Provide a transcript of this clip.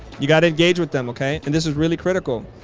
you've got to engage with them. ok. and this is really critical.